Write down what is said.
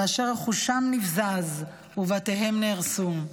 כאשר רכושם נבזז ובתיהם נהרסו.